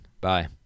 Bye